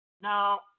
Now